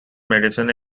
medicine